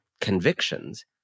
convictions